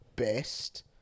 Best